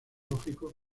lógicos